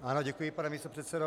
Ano, děkuji, pane místopředsedo.